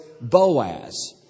Boaz